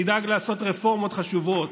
נדאג לעשות רפורמות חשובות,